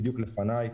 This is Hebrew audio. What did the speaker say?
בסדר,